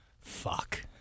fuck